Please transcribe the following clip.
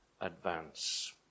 advance